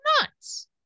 nuts